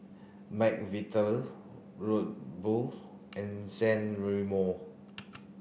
McVitie Red Bull and San Remo